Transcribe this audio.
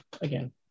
again